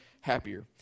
happier